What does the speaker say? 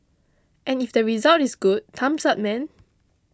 and if the result is good thumbs up man